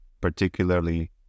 particularly